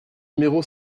numéro